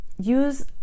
use